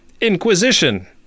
Inquisition